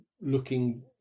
looking